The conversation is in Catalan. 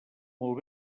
molt